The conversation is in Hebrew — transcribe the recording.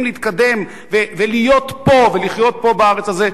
להתקדם ולהיות פה ולחיות פה בארץ הזאת,